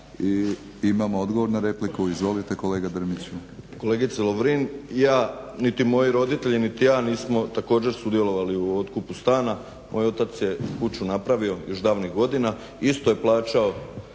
I imamo odgovor na repliku. Izvolite kolega Drmiću. **Drmić, Ivan (HDSSB)** Kolegice Lovrin ja niti moji roditelji niti ja nismo također sudjelovali u otkupu stana. Moj otac je kuću napravio još davnih godina, isto je plaćao